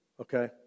okay